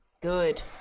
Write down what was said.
good